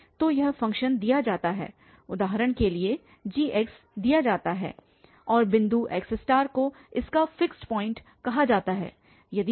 तो एक फ़ंक्शन दिया जाता है उदाहरण के लिए g दिया जाता है और बिंदु x को इसका फिक्स पॉइंट कहा जाता है यदि हमारे पास यह गुण है कि xgx